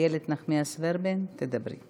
איילת נחמיאס ורבין, תדברי.